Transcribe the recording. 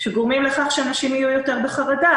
שגורמים לכך שאנשים יהיו יותר בחרדה,